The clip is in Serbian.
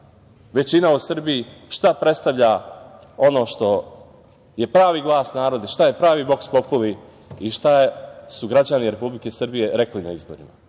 većina u Srbiji, šta predstavlja ono što je pravi glas naroda, šta je pravi "vox populi" i šta su građani Republike Srbije rekli na izborima. Prema